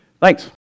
thanks